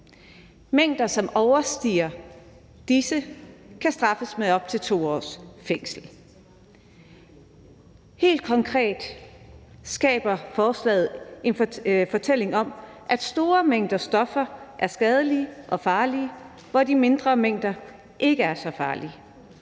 Mængder, som overstiger disse, kan straffes med op til 2 års fængsel. Helt konkret skaber forslaget en fortælling om, at store mængder stoffer er skadelige og farlige, mens de mindre mængder ikke er så farlige.